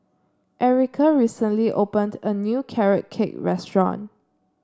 Erica recently opened a new Carrot Cake restaurant